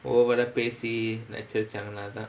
over ah பேசி நச்சருச்சாங்கனா அதா:paesi nacharachaanganaa athaa